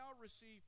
receive